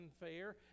unfair